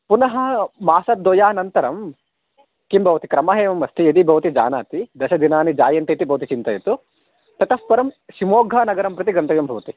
पुनः मासद्वयानन्तरं किं भवति क्रमः एवम् अस्ति यदि भवति जानाति दशदिनानि जायन्ते इति भवति चिन्तयतु ततःपरं शिमोग्गानगरं प्रति गन्तव्यं भवति